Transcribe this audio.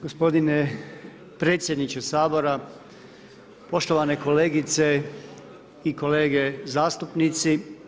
Gospodine predsjedniče Sabora, poštovane kolegice i kolege zastupnici.